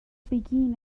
begin